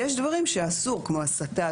יש דברים שאסור כמו הסתה,